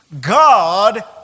God